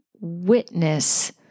witness